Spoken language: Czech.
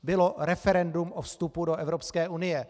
Bylo referendum o vstupu do Evropské unie.